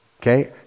Okay